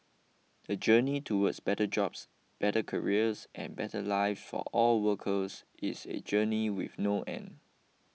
the journey towards better jobs better careers and better live for all workers is a journey with no end